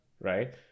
Right